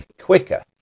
quicker